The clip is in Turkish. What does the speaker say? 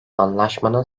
anlaşmanın